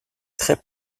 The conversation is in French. très